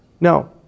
No